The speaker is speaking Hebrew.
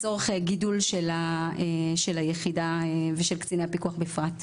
לצורך הגדלת היחידה ושל קציני הפיקוח בפרט.